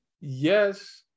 Yes